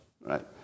right